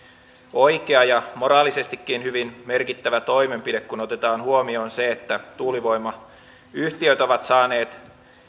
oikea ja moraalisestikin hyvin merkittävä toimenpide kun otetaan huomioon se että tuulivoimayhtiöt ovat saaneet